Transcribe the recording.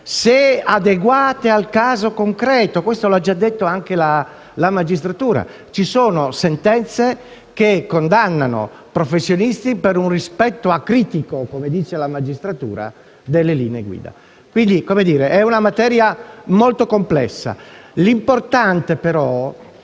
e adeguate al caso concreto. Questo lo ha già detto anche la magistratura: ci sono sentenze che condannano professionisti per un rispetto acritico - come dice la magistratura - delle linee guida. È una materia molto complessa. L'importante però